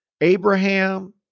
Abraham